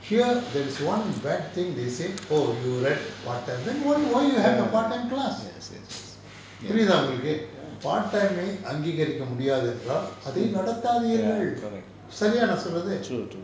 here there is one bad thing they say oh you let part time then why you have the part time class புரியுதா உங்களுக்கு:puriyutha ungalukku part time ஐ அங்கீகரிக்க முடியாதென்றால் அதை நடத்தாதீர்கள் சரியா நான் சொல்றது:ai angeeharikka mudiyaathentraal athai nadathaatheerhal sariya naan solrathu